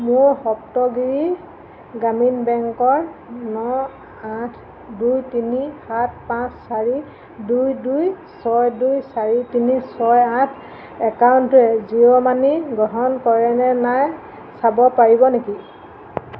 মোৰ সপ্তগিৰি গ্ৰামীণ বেংকৰ ন আঠ দুই তিনি সাত পাঁচ চাৰি দুই দুই ছয় দুই চাৰি তিনি ছয় আঠ একাউণ্টটোৱে জিঅ' মানি গ্ৰহণ কৰেনে নাই চাব পাৰিব নেকি